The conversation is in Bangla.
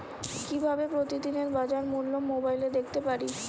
কিভাবে প্রতিদিনের বাজার মূল্য মোবাইলে দেখতে পারি?